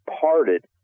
parted